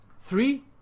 three